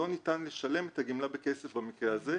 לא ניתן לשלם את הגמלה בכסף במקרה הזה,